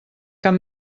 cap